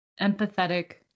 empathetic